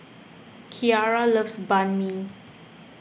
Keara loves Banh Mi